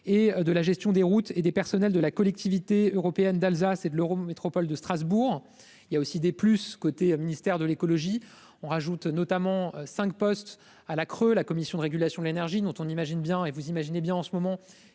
et de la gestion des routes et des personnels de la collectivité européenne d'Alsace et de l'Eurométropole de Strasbourg il y a aussi des plus au ministère de l'Écologie. On rajoute notamment 5 postes à la creux. La Commission de régulation de l'énergie dont on imagine bien et vous imaginez bien, en ce moment